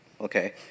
Okay